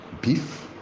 Beef